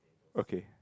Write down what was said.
okay